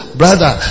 brother